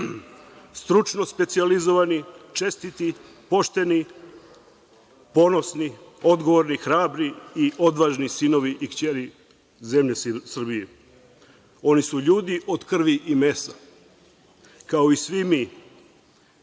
stručno specijalizovani, čestiti, pošteni, ponosni, odgovorni, hrabri i odvažni sinovi i kćeri zemlje Srbije. Oni su ljudi od krvi i mesa, kao i svi mi